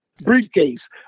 briefcase